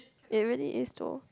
it really is though